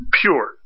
pure